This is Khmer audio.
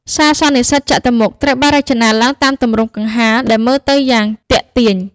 សាលសន្និសីទចតុម្មុខត្រូវបានរចនាឡើងតាមទម្រង់កង្ហារដែលមើលទៅយ៉ាងទាក់ទាញ។